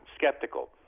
skeptical